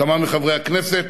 כמה מחברי הכנסת